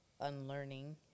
unlearning